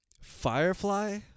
Firefly